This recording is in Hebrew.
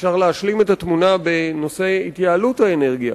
אפשר להשלים את התמונה בנושא התייעלות האנרגיה,